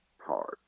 hard